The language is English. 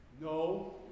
No